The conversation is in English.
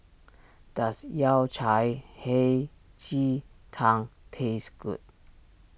does Yao Cai Hei Ji Tang taste good